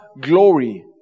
glory